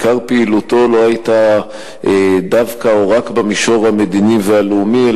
עיקר פעילותו לא היתה דווקא או רק במישור המדיני והלאומי,